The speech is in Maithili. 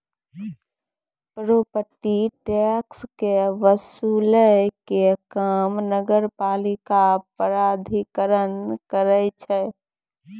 प्रोपर्टी टैक्स के वसूलै के काम नगरपालिका प्राधिकरण करै छै